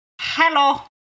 Hello